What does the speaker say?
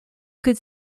could